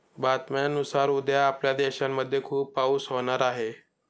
बातम्यांनुसार उद्या आपल्या देशामध्ये खूप पाऊस होणार आहे